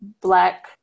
black